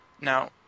Now